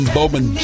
Bowman